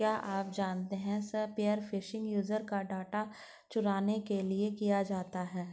क्या आप जानते है स्पीयर फिशिंग यूजर का डेटा चुराने के लिए किया जाता है?